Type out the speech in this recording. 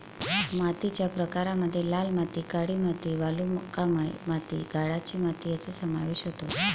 मातीच्या प्रकारांमध्ये लाल माती, काळी माती, वालुकामय माती, गाळाची माती यांचा समावेश होतो